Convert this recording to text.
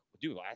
dude